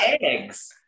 eggs